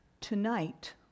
Tonight